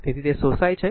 તેથી તે શોષાય છે